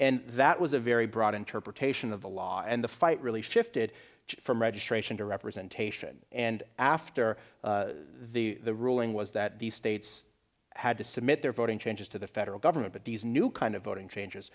and that was a very broad interpretation of the law and the fight really shifted from registration to representation and after the ruling was that the states had to submit their voting changes to the federal government but these new kind of voting changes